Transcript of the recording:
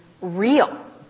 real